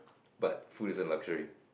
but food is a luxury